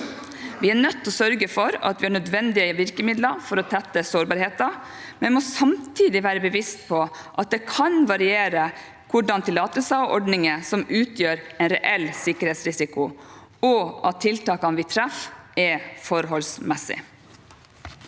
Vi er nødt til å sørge for at vi har nødvendige virkemidler for å tette sårbarheter, men må samtidig være bevisst på at det kan variere hvilke tillatelser og ordninger som utgjør en reell sikkerhetsrisiko, og at tiltakene vi treffer, er forholdsmessige.